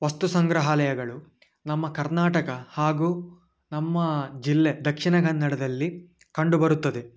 ವಸ್ತು ಸಂಗ್ರಹಾಲಯಗಳು ನಮ್ಮ ಕರ್ನಾಟಕ ಹಾಗೂ ನಮ್ಮ ಜಿಲ್ಲೆ ದಕ್ಷಿಣ ಕನ್ನಡದಲ್ಲಿ ಕಂಡುಬರುತ್ತದೆ